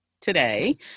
today